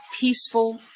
peaceful